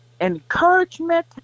encouragement